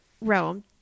realm